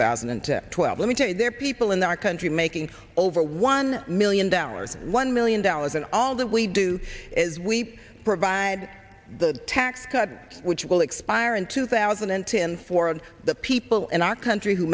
thousand and twelve let me tell you there are people in our country making over one million dollars million dollars and all that we do is we provide the tax cut which will expire in two thousand and ten for the people in our country who